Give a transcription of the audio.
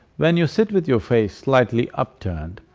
when you sit with your face slightly upturned,